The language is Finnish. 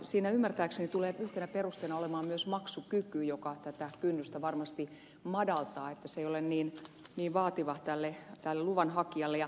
siinä ymmärtääkseni tulee yhtenä perusteena olemaan myös maksukyky joka tätä kynnystä varmasti madaltaa ettei se ole niin vaativa tälle luvan hakijalle